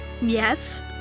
Yes